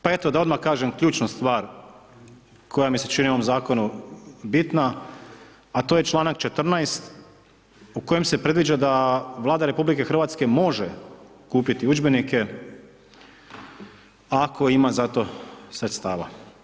Pa eto, da odmah kažem ključnu stvar koja mi se čini u ovom zakonu bitna, a to je članak 14. u kojem se predviđa da Vlada RH može kupiti udžbenike ako ima za to sredstava.